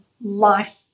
life